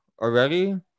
already